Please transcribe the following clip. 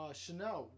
chanel